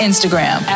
Instagram